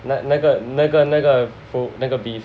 那那个那个那个 pho 那个 beef